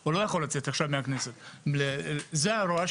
לא ייהנו מזה כי גם את זה אני רואה.